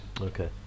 Okay